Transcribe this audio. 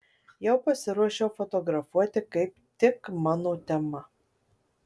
jau pasiruošiau fotografuoti kaip tik mano tema